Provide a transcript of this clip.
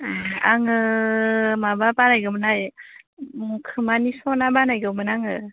आङो माबा बानायगौमोनहाय खोमानि स'ना बानायगौमोन आङो